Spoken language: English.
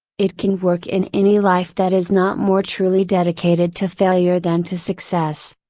it can work in any life that is not more truly dedicated to failure than to success.